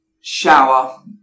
shower